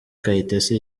kayitesi